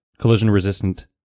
collision-resistant